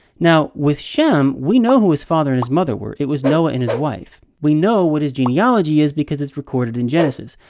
now with shem, we know who his father and his mother were. it was noah and his wife. we know what his genealogy is because it's recorded in genesis.